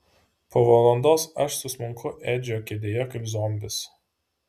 po valandos aš susmunku edžio kėdėje kaip zombis